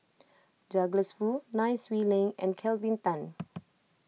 Douglas Foo Nai Swee Leng and Kelvin Tan